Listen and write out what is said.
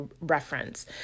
reference